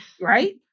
right